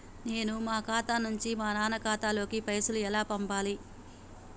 నేను నా ఖాతా నుంచి మా నాన్న ఖాతా లోకి పైసలు ఎలా పంపాలి?